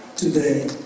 Today